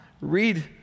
read